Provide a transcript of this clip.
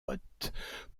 potes